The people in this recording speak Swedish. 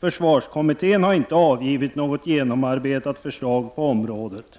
Försvarskommittén har inte avgivit något genomarbetat förslag på området.